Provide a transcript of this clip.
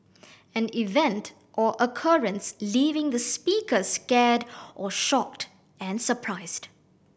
an event or occurrence leaving the speaker scared or shocked and surprised